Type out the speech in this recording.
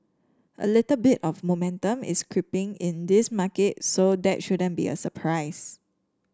a little bit of momentum is creeping in this market so that shouldn't be a surprise